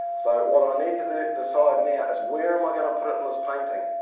so, what i need to decide now is where am i going to put it in this painting.